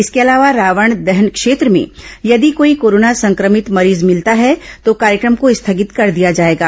इसके अलावा रावण दहन क्षेत्र में यदि कोई कोरोना संक्रमित मरीज मिलता है तो कार्यक्रम को स्थगित कर दिया जाएगा